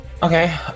Okay